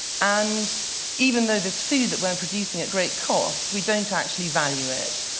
and even though there is food that we are producing at great cost, we don't actually value it.